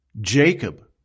Jacob